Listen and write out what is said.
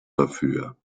dafür